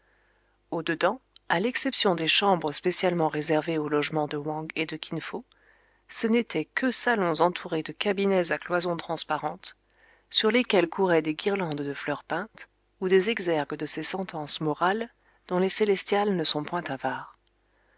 au-dedans à l'exception des chambres spécialement réservées au logement de wang et de kin fo ce n'étaient que salons entourés de cabinets à cloisons transparentes sur lesquelles couraient des guirlandes de fleurs peintes ou des exergues de ces sentences morales dont les célestials ne sont point avares